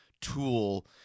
tool